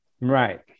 right